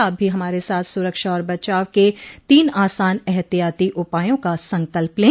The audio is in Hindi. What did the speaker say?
आप भी हमारे साथ सुरक्षा और बचाव के तीन आसान एहतियाती उपायों का संकल्प लें